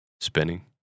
spinning